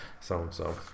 so-and-so